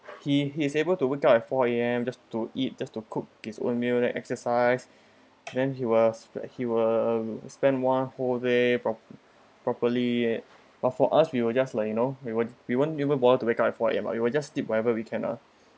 he he's able to wake up at four A_M just to eat just to cook his own meal then exercise and then he'll he will spend one whole day prop~ properly but for us we will just like you know we would we won't even bother to wake up at four A_M lah we will just sleep wherever we can lah